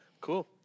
Cool